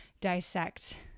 dissect